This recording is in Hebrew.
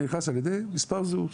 אני נכנס על ידי מספר זהות.